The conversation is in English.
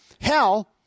Hell